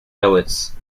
islets